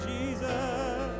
Jesus